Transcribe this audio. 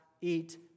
eat